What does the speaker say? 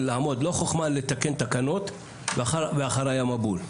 לא חוכמה לתקן תקנות, ואחריי המבול.